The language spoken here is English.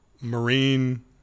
marine